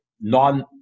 non